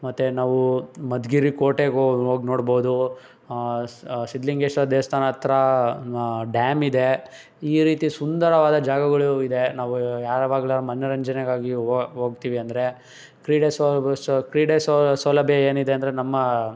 ಮತ್ತು ನಾವು ಮಧುಗಿರಿ ಕೋಟೆಗೆ ಓ ಹೋಗಿ ನೋಡ್ಬೌದು ಸಿದ್ದಲಿಂಗೇಶ ದೇವ್ಸ್ಥಾನ ಹತ್ರ ಡ್ಯಾಮ್ ಇದೆ ಈ ರೀತಿ ಸುಂದರವಾದ ಜಾಗಗಳು ಇದೆ ನಾವು ಯಾವಾಗಲೂ ಮನರಂಜನೆಗಾಗಿ ಹೋಗ್ ಹೋಗ್ತೀವಿ ಅಂದರೆ ಕ್ರೀಡೆ ಕ್ರೀಡೆ ಸೌಲಭ್ಯ ಏನಿದೆ ಅಂದರೆ ನಮ್ಮ